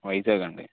వైజాగ్ అండి